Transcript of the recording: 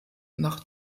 nach